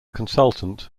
consultant